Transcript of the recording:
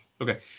Okay